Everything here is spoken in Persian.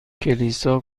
کلیسا